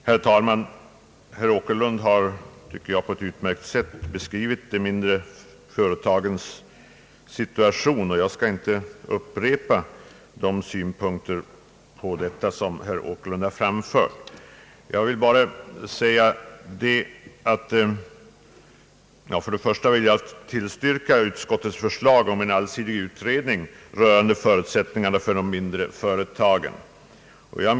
Herr talman! Herr Åkerlund har, tycker jag, på ett utmärkt sätt beskrivit de mindre företagens situation, och jag skall inte upprepa hans synpunkter. Jag vill tillstyrka utskottets förslag om en allsidig utredning rörande förutsättningarna för de mindre företagen.